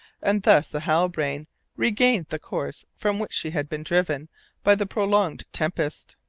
and thus the halbrane regained the course from which she had been driven by the prolonged tempest.